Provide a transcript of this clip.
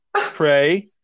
Pray